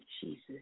Jesus